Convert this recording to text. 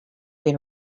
been